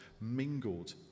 mingled